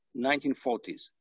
1940s